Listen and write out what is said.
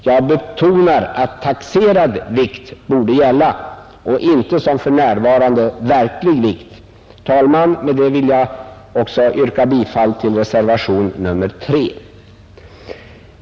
Jag betonar att taxerad vikt borde gälla och inte som för närvarande verklig vikt. Herr talman! Med det anförda yrkar jag således bifall även till reservationen 3.